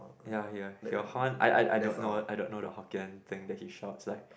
ya ya he will horn I I I don't know I don't know the Hokkien thing that he shouts like